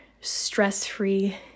stress-free